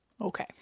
okay